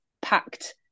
packed